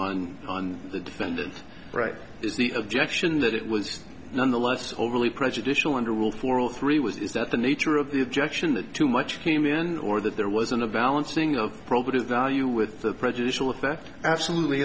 on on the defendant right is the objection that it was nonetheless overly prejudicial under rule for all three was is that the nature of the objection that too much came in or that there wasn't a balancing of value with the prejudicial effect absolutely